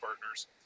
partners